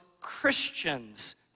Christians